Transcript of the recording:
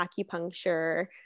acupuncture